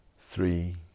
three